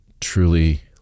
truly